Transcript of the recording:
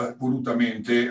volutamente